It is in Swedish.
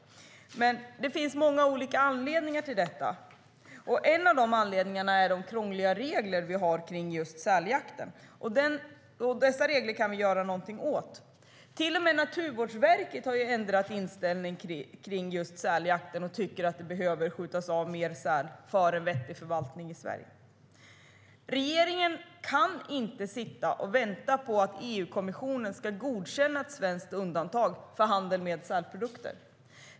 Men det finns många olika anledningar till det. En av anledningarna är de krångliga regler vi har kring just säljakten. Dessa regler kan vi göra någonting åt. Till och med Naturvårdsverket har ändrat inställning till just säljakten och tycker att det behöver skjutas av mer säl för att det ska bli en vettig förvaltning i Sverige. Regeringen kan inte sitta och vänta på att EU-kommissionen ska godkänna ett svenskt undantag för handel med sälprodukter.